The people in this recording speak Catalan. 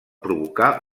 provocar